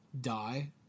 die